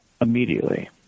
immediately